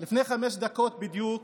לפני חמש דקות בדיוק,